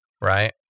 right